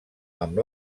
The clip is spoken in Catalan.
amb